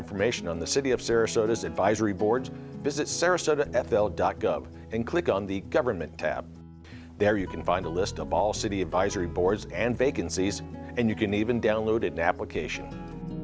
information on the city of sarasota as advisory boards visit sarasota f l dot gov and click on the government tab there you can find a list of all city advisory boards and vacancies and you can even download it now application